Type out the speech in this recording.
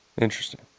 Interesting